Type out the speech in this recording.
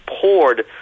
poured